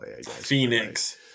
Phoenix